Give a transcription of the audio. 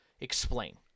explain